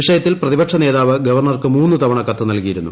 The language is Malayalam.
വിഷയത്തിൽ പ്രതിപക്ഷ നേതാവ് ഗവർണർക്ക് മൂന്ന് തവണ കത്ത് നൽകിയിരുന്നു